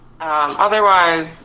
otherwise